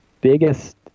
biggest